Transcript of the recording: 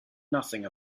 nothing